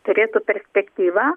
turėtų perspektyvą